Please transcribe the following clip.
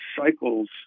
cycles